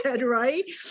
right